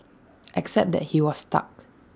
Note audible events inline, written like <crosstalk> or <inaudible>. <noise> except that he was stuck